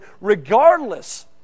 regardless